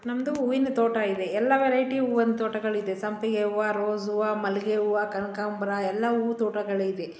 ನಮ್ಮದು ಹೂವಿನ ತೋಟ ಇದೆ ಎಲ್ಲ ವೆರೈಟಿಯ ಹೂವಿನ ತೋಟಗಳಿದೆ ಸಂಪಿಗೆ ಹೂವು ರೋಸ್ ಹೂವು ಮಲ್ಲಿಗೆ ಹೂವು ಕನಕಾಂಬರ ಎಲ್ಲ ಹೂವು ತೋಟಗಳಿದೆ